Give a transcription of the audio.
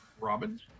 Robin